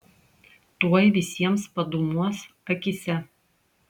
tuoj visiems padūmuos akyse